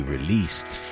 Released